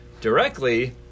directly